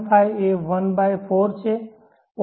5 એ 14 છે 0